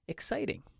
Exciting